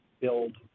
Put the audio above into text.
build